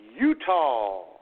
Utah